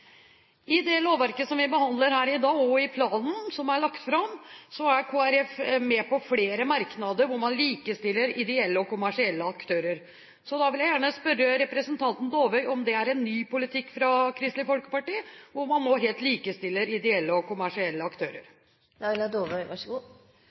I det lovverket som vi behandler her i dag, og i planen som er lagt fram, er Kristelig Folkeparti med på flere merknader hvor man likestiller ideelle og kommersielle aktører. Da vil jeg gjerne spørre representanten Dåvøy om det er en ny politikk fra Kristelig Folkeparti, og om man nå helt likestiller ideelle og kommersielle aktører.